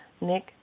Nick